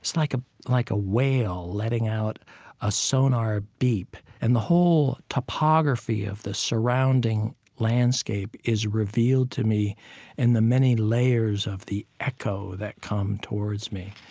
it's like ah like a whale letting out a sonar beep, and the whole topography of the surrounding landscape is revealed to me and the many layers of the echo that come towards me.